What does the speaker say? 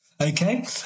Okay